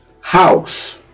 house